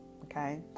okay